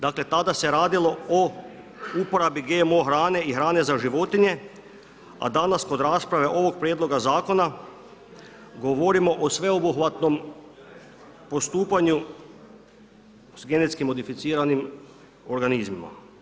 Dakle, tada se radilo o uporabi GMO hrane i hrane za životinje, a danas kod rasprave ovog prijedloga zakona govorimo o sveobuhvatnom postupanju s genetski modificiranim organizmima.